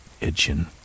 itching